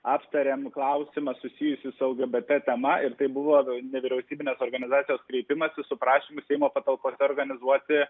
aptarėm klausimą susijusį su lgbt tema ir tai buvo nevyriausybinės organizacijos kreipimąsi su prašymu seimo patalpose organizuoti